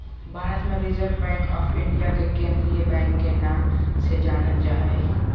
भारत मे Reserve Bank of India के केंद्रीय बैंक के नाम से जानल जा हय